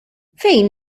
fejn